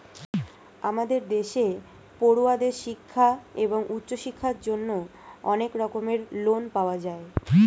আমাদের দেশে পড়ুয়াদের শিক্ষা এবং উচ্চশিক্ষার জন্য অনেক রকমের লোন পাওয়া যায়